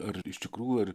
ar iš tikrųjų ar